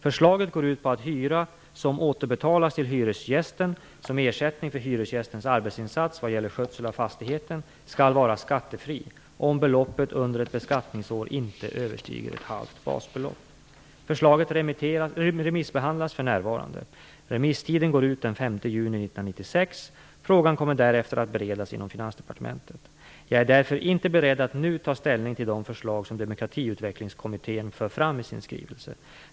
Förslaget går ut på att hyra som återbetalas till hyresgästen som ersättning för hyresgästens arbetsinsats vad gäller skötsel av fastigheten skall vara skattefri, om beloppet under ett beskattningsår inte överstiger ett halvt basbelopp. Förslaget remissbehandlas för närvarande. Remisstiden går ut den 5 juni 1996. Frågan kommer därefter att beredas inom Finansdepartementet. Jag är därför inte beredd att nu ta ställning till de förslag som Demokratiutvecklingskommittén för fram i sin skrivelse.